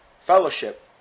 fellowship